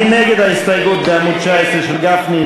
מי נגד ההסתייגות בעמוד 19, של גפני?